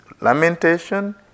lamentation